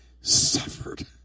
Suffered